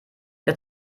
der